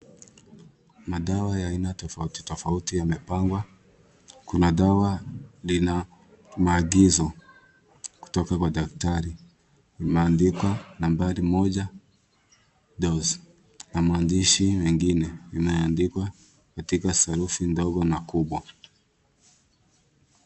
Madawa ya aina tofauti tofauti yamepangwa, kuna dawa lina maagizo kutoka kwa daktari. Imeandikwa nambari moja dose na maandishi mengine inayoandikwa katika herufi ndogo na kubwa.